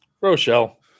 Rochelle